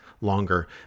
longer